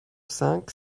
cinq